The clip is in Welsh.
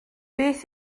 beth